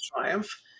Triumph